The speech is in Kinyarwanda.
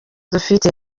dufite